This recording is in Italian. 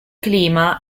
clima